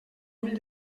ull